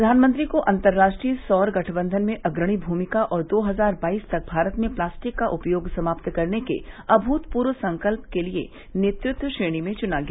प्रधानमंत्री को अतंर्राष्ट्रीय सौर गठबंधन में अग्रणी भूमिका और दो हजार बाईस तक भारत में प्लास्टिक का उपयोग समात करने के अमृतपूर्व संकल्प के लिए नेतृत्व श्रेणी में चुना गया